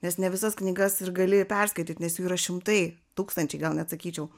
nes ne visas knygas ir gali perskaityt nes jų yra šimtai tūkstančiai gal net sakyčiau